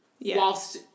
whilst